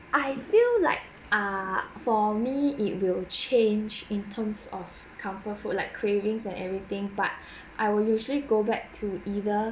I feel like ah for me it will change in terms of comfort food like cravings and everything but I will usually go back to either